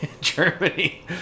Germany